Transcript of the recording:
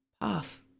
path